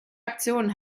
aktionen